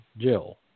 Jill